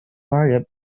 varied